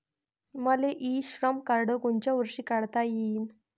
मले इ श्रम कार्ड कोनच्या वर्षी काढता येईन?